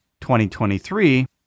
2023